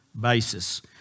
basis